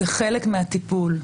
זה חלק מהטיפול.